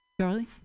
Charlie